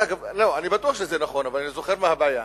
לא, אני בטוח שזה נכון, אבל אני זוכר מה הבעיה: